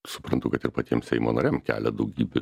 suprantu kad ir patiems seimo nariam kelia daugybę